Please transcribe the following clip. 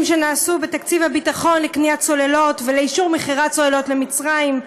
שנעשו בתקציב הביטחון לקניית צוללות ולאישור מכירת צוללות למצרים,